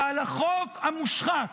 ועל החוק המושחת,